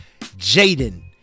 Jaden